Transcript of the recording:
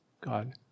God